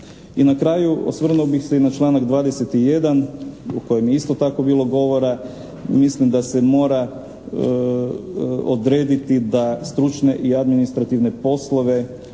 I na kraju, osvrnuo bih se i na članak 21. o kojem je isto tako bilo govora. Mislim da se mora odrediti da stručne i administrativne poslove